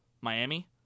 Miami